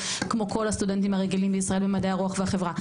כמו כל הסטודנטים הרגילים בישראל במדעי הרוח והחברה.